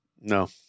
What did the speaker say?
No